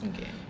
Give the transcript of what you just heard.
Okay